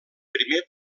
primer